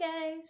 guys